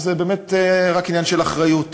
זה באמת רק עניין של אחריות.